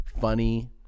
funny